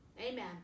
Amen